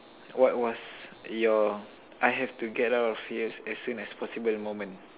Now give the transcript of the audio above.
what was your I have to get out of here as soon as possible moment